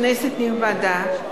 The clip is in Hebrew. כנסת נכבדה,